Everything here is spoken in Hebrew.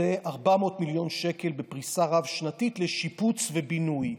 400 מיליון שקל בפריסה רב-שנתית לשיפוץ ובינוי.